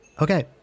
Okay